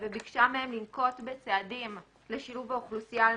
וביקשה מהם לנקוט בצעדים לשילוב האוכלוסייה על